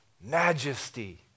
majesty